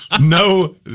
No